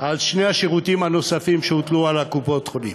על שני השירותים הנוספים שהוטלו על קופות-החולים.